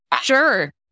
Sure